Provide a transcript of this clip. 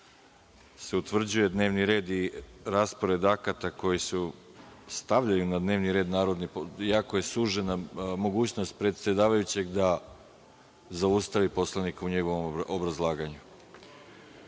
se utvrđuje dnevni red i raspored akata koji se stavljaju na dnevni red i jako je sužena mogućnost predsedavajućeg da zaustavi poslanika u njegovom obrazlaganju. Da